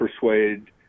persuade